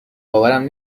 باورم